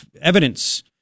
evidence